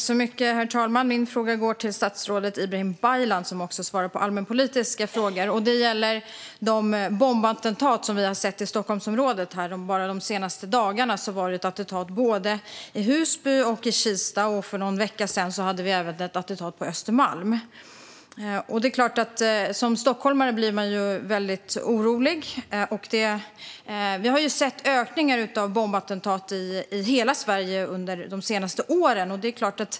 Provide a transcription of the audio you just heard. Herr talman! Min fråga går till näringsminister Ibrahim Baylan, som också svarar på allmänpolitiska frågor, och gäller de bombattentat som vi har sett i Stockholmsområdet. Bara de senaste dagarna har det varit attentat både i Husby och i Kista, och för någon vecka sedan var det ett attentat på Östermalm. Som stockholmare blir man såklart väldigt orolig. Vi har sett en ökning av bombattentat i hela Sverige under de senaste åren.